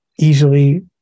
easily